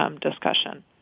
discussion